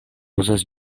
uzas